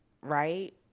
right